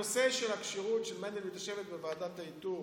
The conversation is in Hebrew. הנושא של הכשירות של מנדלבליט לשבת בוועדת האיתור